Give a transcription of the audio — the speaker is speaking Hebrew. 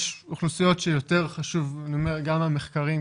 יש אוכלוסיות שיותר חשוב גם המחקרים,